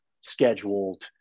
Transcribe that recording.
scheduled